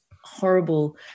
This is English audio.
horrible